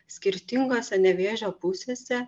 skirtingose nevėžio pusėse